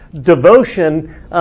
Devotion